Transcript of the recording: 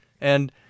And-